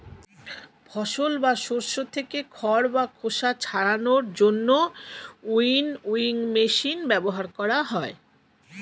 ফসল বা শস্য থেকে খড় বা খোসা ছাড়ানোর জন্য উইনউইং মেশিন ব্যবহার করা হয়